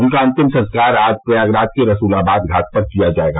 उनका अंतिम संस्कार आज प्रयागराज के रसूलाबाद घाट पर किया जायेगा